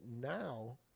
now